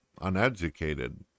uneducated